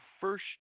first